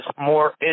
more